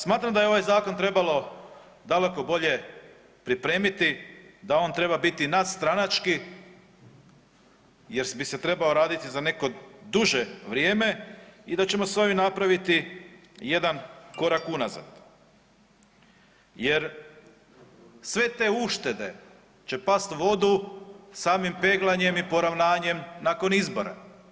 Smatram da je ovaj zakon trebalo daleko bolje pripremiti, da on treba bit nadstranački jer bi se trebao raditi za neko duže vrijeme i da ćemo s ovim napraviti jedan korak unazad jer sve te uštede će past u vodu samim peglanjem i poravnanjem nakon izbora.